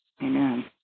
Amen